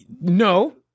No